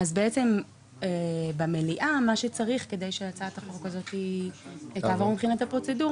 אז בעצם במליאה מה שצריך כדי שהצעת החוק הזאת תעבור מבחינת הפרוצדורה,